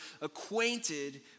acquainted